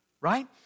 right